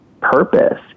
purpose